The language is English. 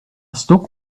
stop